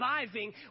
surviving